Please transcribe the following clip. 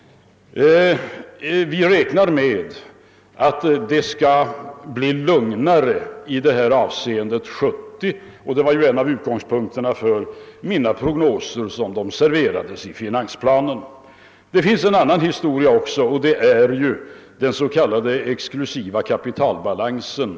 Vi räknar med att det skall bli litet lugnare i detta avseende under år 1970, och det var ju en av utgångspunkterna för mina prognoser i finansplanen. Sedan har vi också den s.k. exklusiva kapitalbalansen.